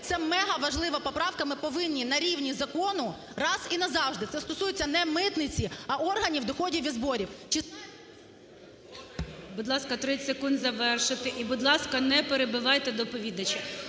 Це мегаважлива поправка, ми повинні на рівні закону раз і назавжди… Це стосується не митниці, а органів доходів і зборів. ГОЛОВУЮЧИЙ. Будь ласка, 30 секунд, завершити. І, будь ласка, не перебивайте доповідача.